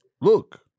Look